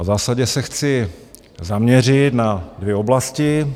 A v zásadě se chci zaměřit na dvě oblasti.